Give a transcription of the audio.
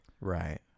Right